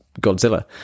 Godzilla